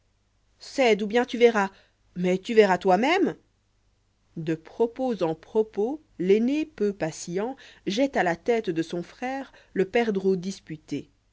cède ou bien tu verras mais tu verras toi-même de propos en propos l'aîné peu patient jette à la tête de son frère le perdreau disputé